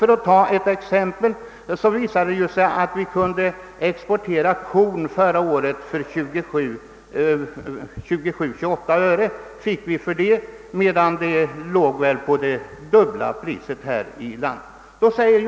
Jag kan som exempel anföra att vi förra året exporterade korn för 27 å 28 öre per kilogram, medan priset var det dubbla här i landet.